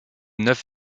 neuf